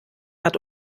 hat